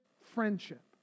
friendship